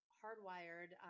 hardwired